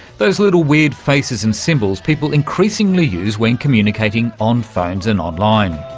those little weird faces and symbols people increasingly use when communicating on phones and online.